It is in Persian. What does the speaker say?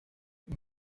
ازم